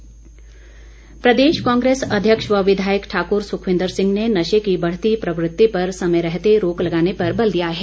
कांग्रे स प्रदेश कांग्रेस अध्यक्ष व विधायक ठाकुर सुखविन्दर सिंह ने नशे की बढ़ती प्रवृति पर समय रहते रोक लगाने पर बल दिया है